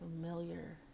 familiar